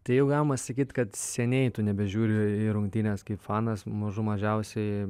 tai jau galima sakyt kad seniai nebežiūriu į rungtynes kaip fanas mažų mažiausiai